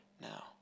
now